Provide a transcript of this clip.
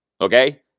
Okay